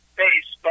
base